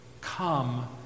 Come